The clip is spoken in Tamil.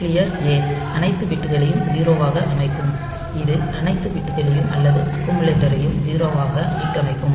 க்ளியர் A அனைத்து பிட்களையும் 0 ஆக அமைக்கும் இது அனைத்து பிட்களையும் அல்லது அக்குமுலேட்டரையும் 0 ஆக மீட்டமைக்கும்